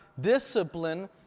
discipline